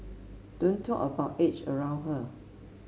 don't talk about age around her